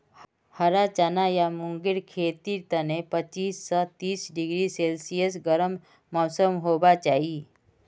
हरा चना या मूंगेर खेतीर तने पच्चीस स तीस डिग्री सेल्सियस गर्म मौसम होबा चाई